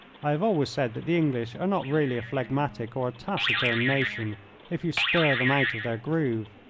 i have always said that the english are not really a phlegmatic or a taciturn nation if you stir them out of their groove.